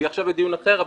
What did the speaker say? היא עכשיו בדיון אחר,